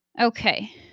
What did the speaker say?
Okay